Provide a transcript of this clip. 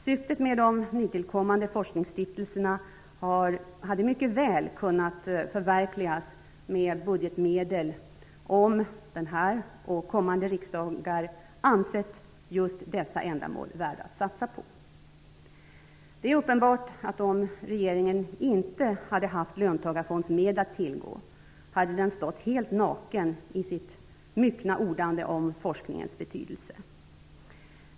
Syftet med de nytillkommande forskningsstiftelserna hade mycket väl kunnat förverkligas med budgetmedel om denna och kommande riksdagar ansett just dessa ändamål värda att satsa på. Det är uppenbart att om regeringen inte hade haft löntagarfondsmedlen att tillgå, hade den stått helt naken i sitt myckna ordande om forskningens betydelse.